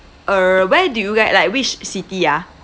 err where do you guys like which city ah